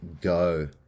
go